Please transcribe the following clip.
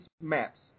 maps